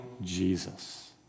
Jesus